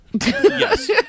Yes